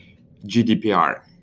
gdpr,